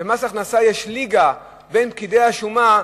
במס הכנסה יש ליגה בין פקידי השומה,